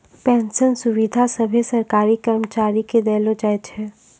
pension सुविधा सभे सरकारी कर्मचारी के देलो जाय छै